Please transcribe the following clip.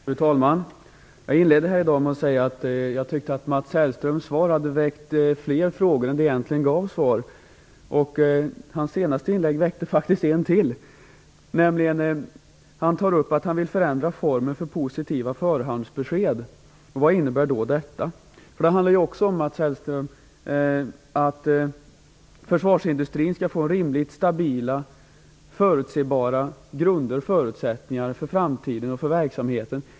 Fru talman! Jag inledde här i dag med att säga att jag tyckte att Mats Hellströms svar hade väckt fler frågor än det gav svar. Hans senaste inlägg väckte faktiskt en fråga till. Han tar upp att han vill ändra formen för positiva förhandsbesked. Vad innebär då detta? Det handlar ju också om, Mats Hellström, att försvarsindustrin skall få rimligt stabila och förutsebara grunder för verksamheten i framtiden.